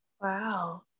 Wow